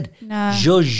No